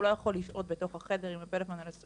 הוא לא יכול לשהות בתוך החדר עם הטלפון הסלולרי.